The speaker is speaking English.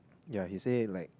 yeah he said like